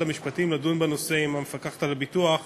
המשפטים לדון בנושא עם המפקחת על הביטוח